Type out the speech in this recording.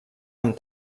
amb